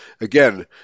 again